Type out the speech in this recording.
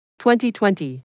2020